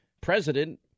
president